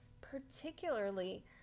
particularly